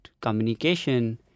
communication